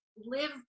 live